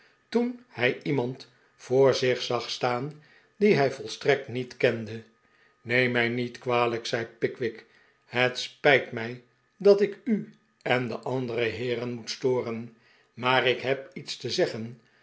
toen hij iemand voor zich zag staan dien hij volstrekt niet kende neem mij niet kwalijk zei pickwick het spijt mij dat ik u en de andere heeren moet storen maar ik heb iets te zeggen